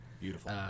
Beautiful